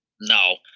No